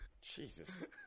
Jesus